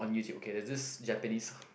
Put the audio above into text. on YouTube okay there's this Japanese